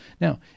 Now